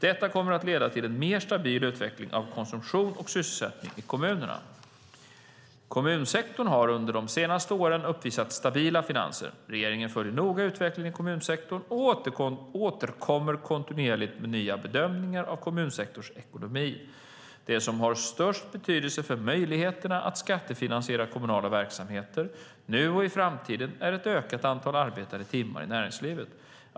Detta kommer att leda till en mer stabil utveckling av konsumtion och sysselsättning i kommunerna. Kommunsektorn har under de senaste åren uppvisat stabila finanser. Regeringen följer noga utvecklingen i kommunsektorn och återkommer kontinuerligt med nya bedömningar av kommunsektorns ekonomi. Det som har störst betydelse för möjligheterna att skattefinansiera kommunala verksamheter, nu och i framtiden, är ett ökat antal arbetade timmar i näringslivet.